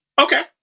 Okay